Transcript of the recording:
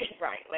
Right